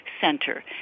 center